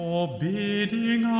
Forbidding